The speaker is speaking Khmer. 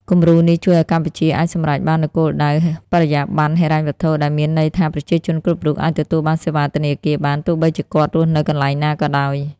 គំរូនេះជួយឱ្យកម្ពុជាអាចសម្រេចបាននូវគោលដៅ "បរិយាបន្នហិរញ្ញវត្ថុ" ដែលមានន័យថាប្រជាជនគ្រប់រូបអាចទទួលបានសេវាធនាគារបាន ទោះបីជាគាត់រស់នៅកន្លែងណាក៏ដោយ។